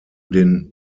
den